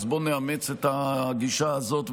אז בואו נאמץ את הגישה הזאת.